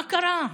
מה קרה?